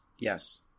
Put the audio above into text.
Yes